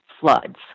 floods